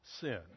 sin